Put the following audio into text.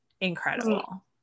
incredible